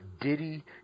diddy